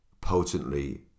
potently